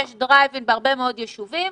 יש דרייב-אין בהרבה מאוד יישובים,